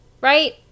right